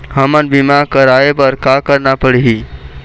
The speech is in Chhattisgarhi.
हमन बीमा कराये बर का करना पड़ही?